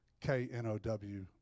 K-N-O-W